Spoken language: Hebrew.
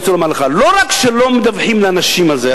אני רוצה לומר לך: לא רק שלא מדווחים לאנשים על זה,